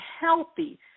healthy